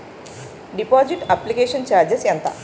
Deposit application charges ఎంత?